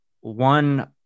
One